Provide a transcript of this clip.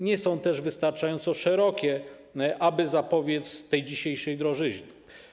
Nie są też wystarczająco szerokie, aby zapobiec tej dzisiejszej drożyźnie.